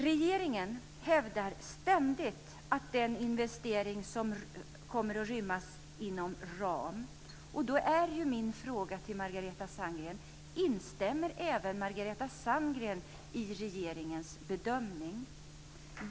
Regeringen hävdar ständigt att den investeringen kommer att rymmas inom ramen. Instämmer Margareta Sandgren i regeringens bedömning?